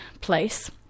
place